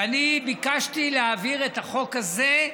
ואני ביקשתי להעביר את החוק הזה,